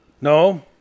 No